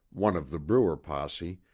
one of the bruer posse,